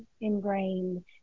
ingrained